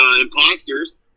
imposters